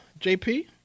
JP